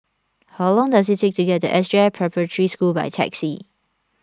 how long does it take to get to S J I Preparatory School by taxi